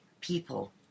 people